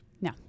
No